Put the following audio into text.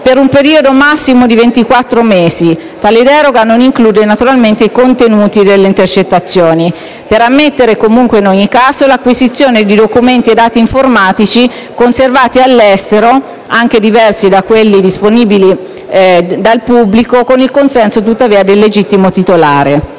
per un periodo massimo di ventiquattro mesi; tale deroga non include, naturalmente, i contenuti delle intercettazioni; per ammettere, in ogni caso, l'acquisizione di documenti e dati informatici conservati all'estero, anche diversi da quelli disponibili al pubblico, con il consenso tuttavia del legittimo titolare.